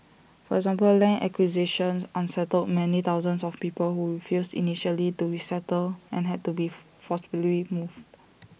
for example land acquisition unsettled many thousands of people who refused initially to resettle and had to be forcibly moved